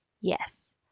yes